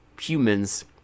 humans